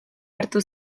hartu